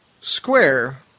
square